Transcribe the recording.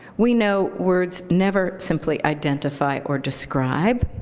we know words never simply identify or describe.